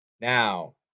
Now